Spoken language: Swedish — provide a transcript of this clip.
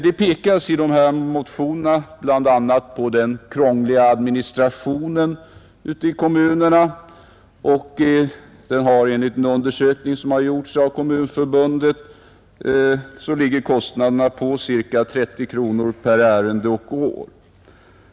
Det pekas i dessa motioner bl.a. på den krångliga administrationen ute i kommunerna som enligt en undersökning, gjord av Kommunför bundet, kostar ca 30 kronor per ärende och år.